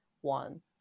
one